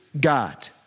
God